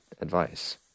advice